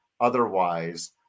otherwise